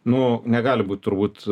nu negali būt turbūt